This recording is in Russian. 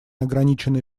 ограниченный